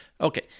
Okay